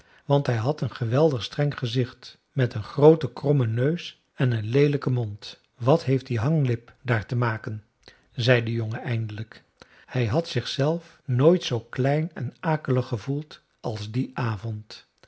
want hij had een geweldig streng gezicht met een grooten krommen neus en een leelijken mond wat heeft die hanglip daar te maken zei de jongen eindelijk hij had zichzelf nooit zoo klein en akelig gevoeld als dien avond